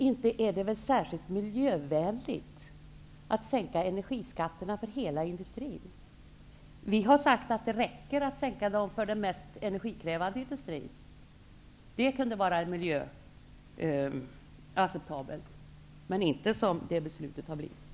Inte är det väl särskilt miljövänligt att sänka energiskatterna för hela industrin? Vi har sagt att det räcker med att sänka skatterna för den mest energikrävande industrin. Det kan vara acceptablet för miljön -- men inte som beslutet har blivit nu.